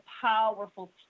powerful